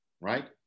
right